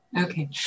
Okay